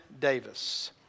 Davis